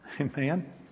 Amen